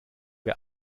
wer